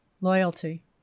Loyalty